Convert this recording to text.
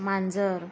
मांजर